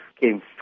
came